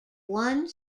one